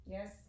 Yes